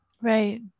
Right